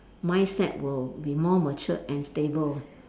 mindset will be more mature and stable